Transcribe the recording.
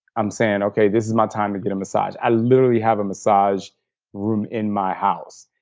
i'm saying, okay, this is my time to get a massage. i literally have a massage room in my house,